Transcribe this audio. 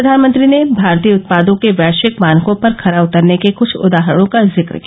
प्रधानमंत्री ने भारतीय उत्पादों के वैश्विक मानकों पर खरा उतरने के कुछ उदाहरणों का जिक्र किया